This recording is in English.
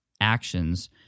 actions